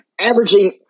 Averaging